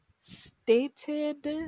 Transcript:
stated